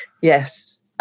yes